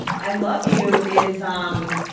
i love you is um